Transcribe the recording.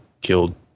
killed